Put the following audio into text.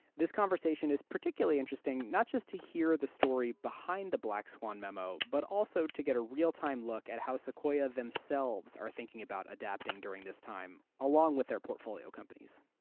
this conversation is particularly interesting not just to hear the story behind the black swan memo, but also to get a real time look at how sequoia themselves are thinking about adapting during this time along with their portfolio companies.